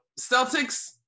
Celtics